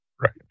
Right